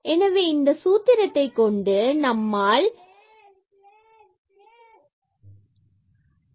எனவே z என்பது x and y உடைய சார்பு